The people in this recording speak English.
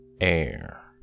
air